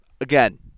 again